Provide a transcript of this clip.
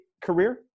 career